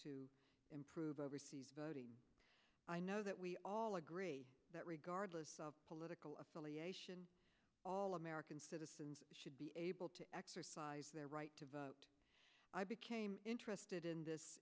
to improve over i know that we all agree that regardless of political affiliation all american citizens should be able to exercise their right to vote i became interested in this